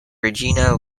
regina